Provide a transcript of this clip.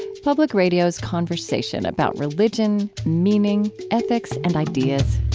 public radio's conversation about religion, meaning, ethics, and ideas.